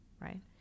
right